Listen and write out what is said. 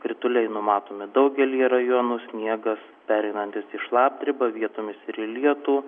krituliai numatomi daugelyje rajonų sniegas pereinantis į šlapdribą vietomis ir į lietų